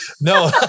No